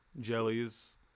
jellies